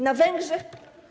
Na Węgrzech.